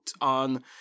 On